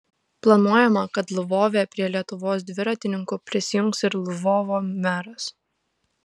planuojama kad lvove prie lietuvos dviratininkų prisijungs ir lvovo meras